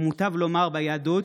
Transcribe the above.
או מוטב לומר ביהדות,